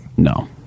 No